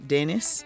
Dennis